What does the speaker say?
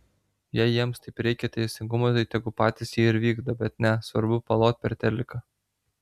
jei jiems taip reikia teisingumo tai tegul patys jį ir vykdo bet ne svarbu palot per teliką